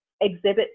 exhibit